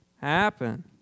happen